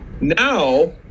Now